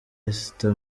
esther